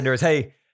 hey